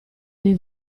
dei